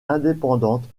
indépendante